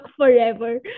forever